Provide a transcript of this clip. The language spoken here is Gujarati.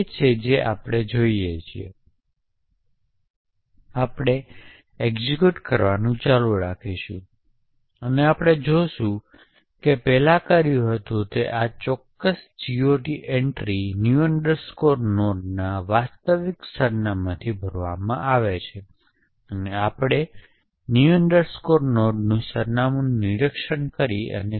તે ઓળખવા માટે સમર્થ હશે કે શું તે ઓડ બીટ હતું અથવા તે ઇવન બીટ હતું કે પ્રેષક ખરેખર પ્રસારિત કરે છે